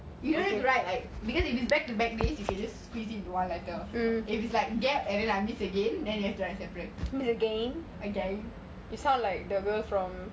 you don't have to write like because if it's back to back days you can just squeeze into one letter if it's like gap and then like I miss again then you have to write separate again